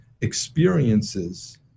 experiences